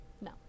No